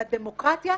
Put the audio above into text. לדמוקרטיה,